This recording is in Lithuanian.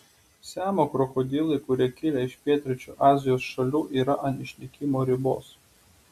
siamo krokodilai kurie kilę iš pietryčių azijos šalių yra ant išnykimo ribos